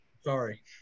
Sorry